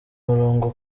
murongo